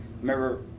Remember